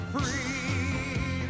Free